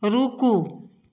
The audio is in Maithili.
रूकु